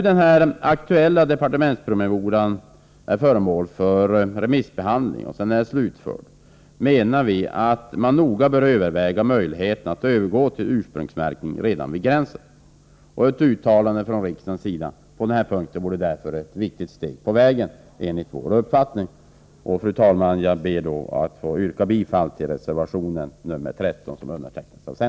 Den aktuella departementspromemorian är nu föremål för remissbehandling, och vi menar att man sedan denna slutsförts noga bör överväga möjligheterna att övergå till ursprungsmärkning redan vid gränsen. Ett uttalande från riksdagen på denna punkt vore enligt vår uppfattning ett viktigt steg på vägen. Fru talman! Jag yrkar bifall till centerns reservation nr 13.